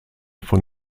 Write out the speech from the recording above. von